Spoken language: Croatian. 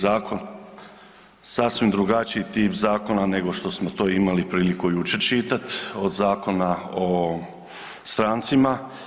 zakon sasvim drugačiji tip zakona nego što smo to imali priliku jučer čitati od Zakona o strancima.